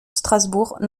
strasbourg